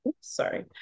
sorry